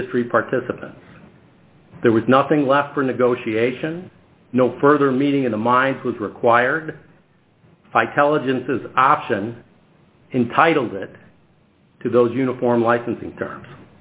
industry participants there was nothing left for negotiation no further meeting in the minds was required by television says option entitlement to those uniform licensing t